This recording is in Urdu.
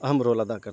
اہم رول ادا کرتے ہیں